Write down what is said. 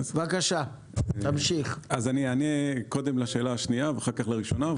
אני אענה קודם לשאלה השנייה ואחר כך לראשונה.